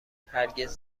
هرگز